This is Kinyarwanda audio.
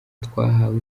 twahawe